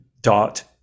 dot